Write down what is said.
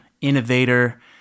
innovator